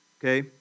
okay